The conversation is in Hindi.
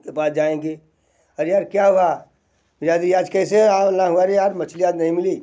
के पास जाएंगे अरे यार क्या हुआ यार ये आज कैसे आना हुआ अरे यार मछली आज नहीं मिली